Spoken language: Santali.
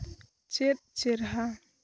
ᱪᱮᱫ ᱪᱮᱨᱦᱟ